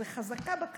זה חזקה בקרקע.